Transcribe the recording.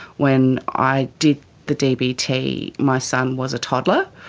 when i did the dbt my son was a toddler,